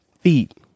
feet